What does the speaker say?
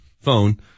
phone